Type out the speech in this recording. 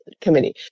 Committee